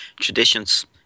traditions